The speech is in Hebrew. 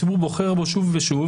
הציבור בוחר בו שוב ושוב.